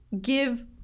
give